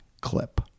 clip